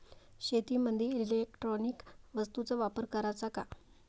शेतीमंदी इलेक्ट्रॉनिक वस्तूचा वापर कराचा का?